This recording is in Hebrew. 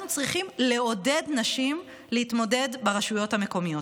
אנחנו צריכים לעודד נשים להתמודד ברשויות המקומיות.